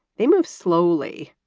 they move slowly.